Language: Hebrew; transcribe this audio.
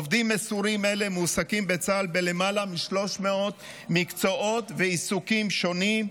עובדים מסורים אלה מועסקים בצה"ל בלמעלה מ-300 מקצועות ועיסוקים שונים,